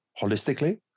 holistically